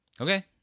okay